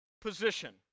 position